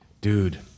dude